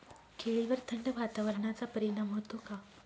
केळीवर थंड वातावरणाचा परिणाम होतो का?